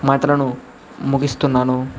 మాటలను ముగిస్తున్నాను